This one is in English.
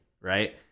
right